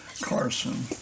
Carson